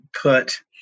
put